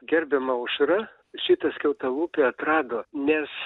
gerbiama aušra šitas skiautalūpį atrado nes